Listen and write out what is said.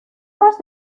vas